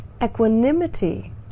Equanimity